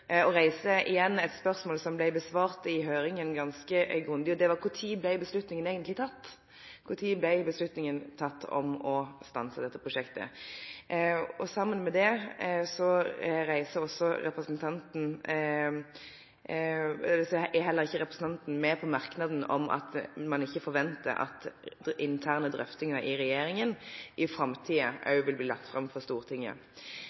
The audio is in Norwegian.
og reiser igjen et spørsmål som ble besvart ganske grundig i høringen, og det var om når beslutningen egentlig ble tatt. Når ble beslutningen om å stanse dette prosjektet tatt? Samtidig er representanten heller ikke med på merknaden om at man ikke forventer at interne drøftinger i regjeringen i framtiden også vil bli lagt fram for Stortinget.